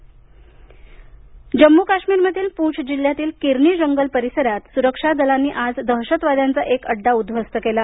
जम्म काश्मीर जम्मू आणि काश्मीरमधील पूंछ जिल्ह्यातील किरनी जंगल परिसरात सुरक्षा दलांनी आज दहशतवाद्यांचा एक अड्डा उद्ध्वस्त केला